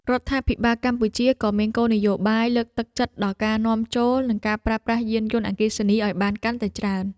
រដ្ឋាភិបាលកម្ពុជាក៏មានគោលនយោបាយលើកទឹកចិត្តដល់ការនាំចូលនិងការប្រើប្រាស់យានយន្តអគ្គិសនីឱ្យបានកាន់តែច្រើន។